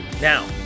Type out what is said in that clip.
Now